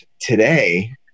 today